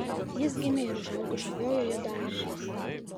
jis gimė ir užaugo žaviojoje danijoje